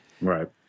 Right